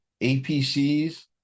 APCs